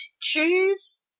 Choose